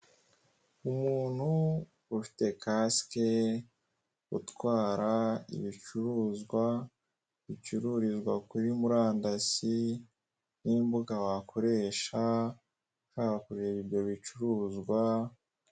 Umuntu ufite kasike utwara ibicuruzwa bicururizwa kuri murandasi, n'imbuga wakoresha haba kureba ibyo bicuruzwa.